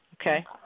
Okay